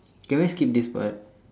can I skip this part